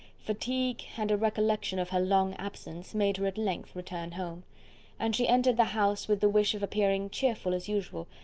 fatigue, and a recollection of her long absence, made her at length return home and she entered the house with the wish of appearing cheerful as usual,